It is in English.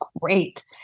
great